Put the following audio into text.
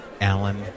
Alan